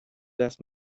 last